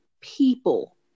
people